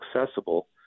accessible